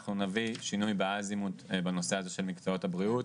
אנחנו נביא שינוי בנושא הזה של מקצועות הבריאות,